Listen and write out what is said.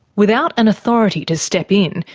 without an authority to step in,